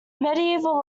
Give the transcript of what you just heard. medieval